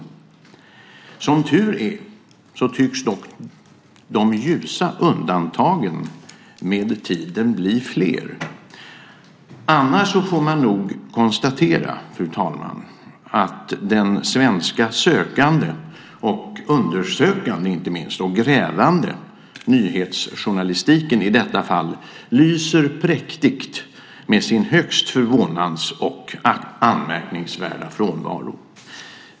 Som tur är tycks dock de ljusa undantagen med tiden bli fler. Annars får man nog konstatera, fru talman, att den svenska sökande, undersökande och grävande nyhetsjournalistiken i detta fall lyser präktigt med sin högst förvånansvärda och anmärkningsvärda frånvaro.